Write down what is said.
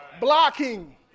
Blocking